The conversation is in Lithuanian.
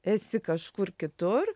esi kažkur kitur